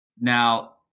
Now